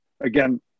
again